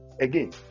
again